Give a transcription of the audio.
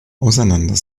auseinander